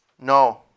No